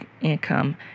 income